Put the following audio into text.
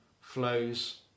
flows